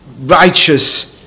righteous